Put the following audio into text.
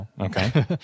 Okay